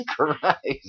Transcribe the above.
Christ